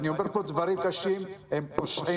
אני אומר פה דברים קשים: הם פושעים.